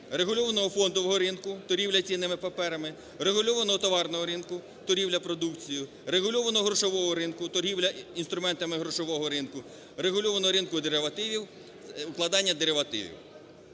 регульованого фондового ринку – торгівля цінними паперами, регульованого товарного ринку – торгівля продукцією, регульованого грошового ринку – торгівля інструментами грошового ринку, регульованого ринку деривативів